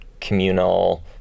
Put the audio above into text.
communal